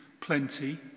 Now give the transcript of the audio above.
plenty